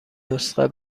نسخه